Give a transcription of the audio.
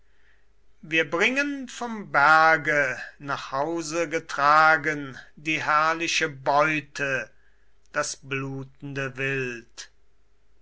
wir bringen vom berge nach hause getragen die herrliche beute das blutende wild